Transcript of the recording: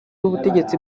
w’ubutegetsi